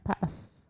pass